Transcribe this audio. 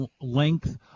length